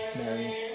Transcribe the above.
Mary